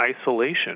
isolation